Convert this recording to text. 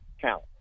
count